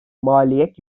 maliyet